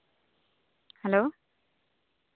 hello